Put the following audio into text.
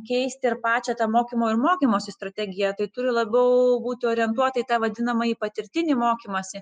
keisti ir pačią tą mokymo ir mokymosi strategiją tai turi labiau būti orientuota į tą vadinamąjį patirtinį mokymąsi